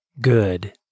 good